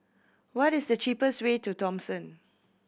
what is the cheapest way to Thomson